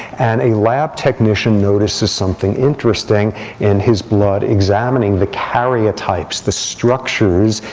and a lab technician notices something interesting in his blood, examining the chareotypes, the structures,